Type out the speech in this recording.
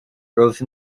rose